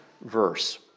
verse